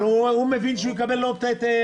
אבל הוא מבין שהוא יקבל את המענק.